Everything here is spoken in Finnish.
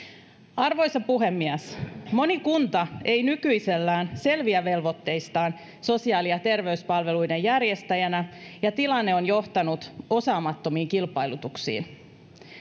arvoisa puhemies moni kunta ei nykyisellään selviä velvoitteistaan sosiaali ja terveyspalveluiden järjestäjänä ja tilanne on johtanut osaamattomiin kilpailutuksiin